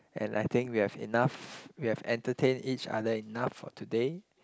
and I think we have enough we have entertained each other enough for today